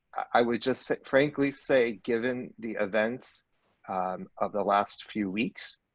i would just frankly say given the events of the last few weeks,